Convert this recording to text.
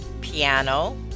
piano